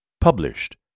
Published